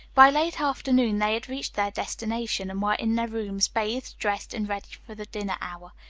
by late afternoon they had reached their destination and were in their rooms, bathed, dressed, and ready for the dinner hour.